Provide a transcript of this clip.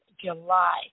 July